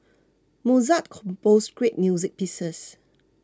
Mozart composed great music pieces